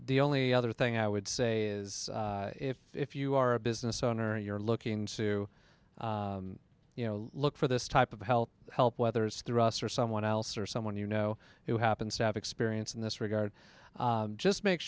the only other thing i would say is if you are a business owner and you're looking to you know look for this type of health help whether it's through us or someone else or someone you know who happens to have experience in this regard just make